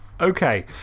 Okay